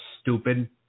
stupid